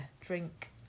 drink